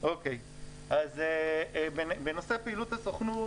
בנושא פעילות הסוכנות,